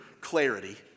clarity